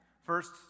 First